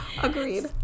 Agreed